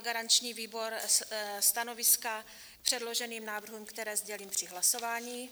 Zaujal garanční výbor stanoviska k předloženým návrhům, které sdělím při hlasování;